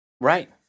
right